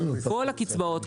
כל הקצבאות,